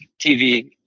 tv